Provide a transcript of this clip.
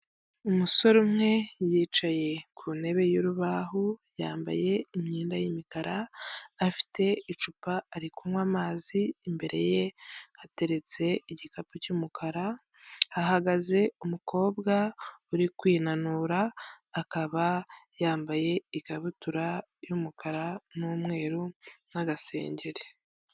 Umusore umwe yicaye ku ntebe y'urubaho yambaye imyenda y'imikara, afite icupa ari kunywa amazi imbere ye hateretse igikapu cy'umukara, hahagaze umukobwa uri kwinanura akaba yambaye ikabutura y'umukara n'umweru n'agasengeri.